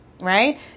Right